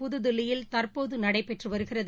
புதுதில்லியிலதற்போது நடைபெற்று வருகிறது